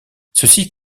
ceci